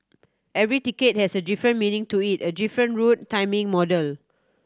every ticket has a different meaning to it a different route timing model